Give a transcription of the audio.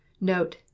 Note